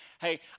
Hey